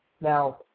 Now